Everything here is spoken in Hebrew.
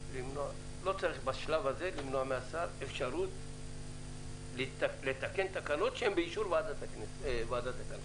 שצריך למנוע בשלב הזה את יכולת השר לתקן תקנות שהן באישור ועדת הכלכלה.